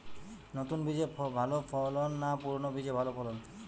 নতুন বীজে ভালো ফলন না পুরানো বীজে ভালো ফলন?